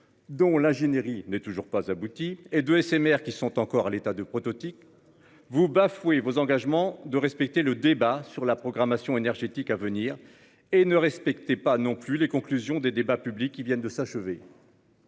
dont l'ingénierie n'est toujours pas abouti et de SMR, qui sont encore à l'état de prototype. Vous. Vos engagements de respecter le débat sur la programmation énergétique à venir et ne respectait pas non plus les conclusions des débats publics qui viennent de s'achever.